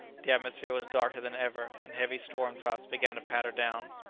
the atmosphere was darker than ever, and heavy storm-drops began to patter down.